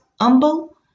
humble